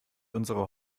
unsere